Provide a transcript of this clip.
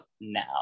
now